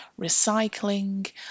recycling